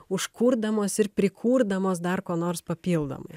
užkurdamos ir prikurdamos dar ko nors papildomai